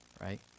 right